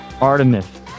Artemis